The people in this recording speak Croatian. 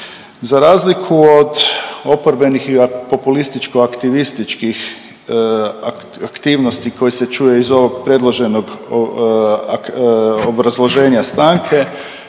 Za razliku od oporbenih i populističko aktivističkih aktivnosti koje se čuje iz ovog predloženog obrazloženja stanke